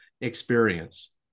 experience